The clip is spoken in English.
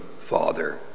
Father